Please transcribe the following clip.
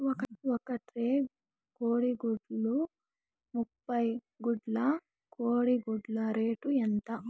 ఒక ట్రే కోడిగుడ్లు ముప్పై గుడ్లు కోడి గుడ్ల రేటు ఎంత?